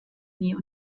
nie